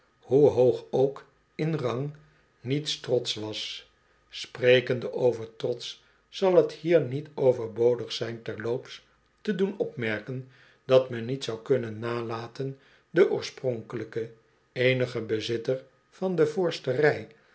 hoe hoog ook in rang niets trotsch was sprekende over trotsch zal t hier niet overbodig zijn terloops te doen opmerken dat men niet zou kunnen nalaten den oorspronkclijken eenigen bezitter van de voorste rij